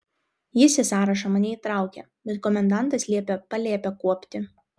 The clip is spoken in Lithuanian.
jis į sąrašą mane įtraukė bet komendantas liepė palėpę kuopti